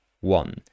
one